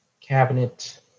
Cabinet